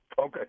Okay